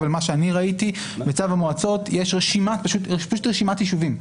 יש רשימת יישובים,